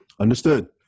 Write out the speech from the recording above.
Understood